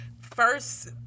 first